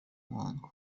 muhango